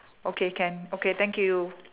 okay can okay thank you